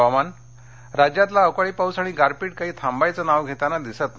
हवामान् राज्यातला अवकाळी पाऊस आणि गारपीट काही थांबायचं नाव घेताना दिसत नाही